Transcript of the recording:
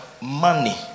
money